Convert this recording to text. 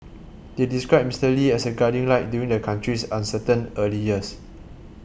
they described Mister Lee as a guiding light during the country's uncertain early years